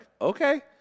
okay